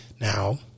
Now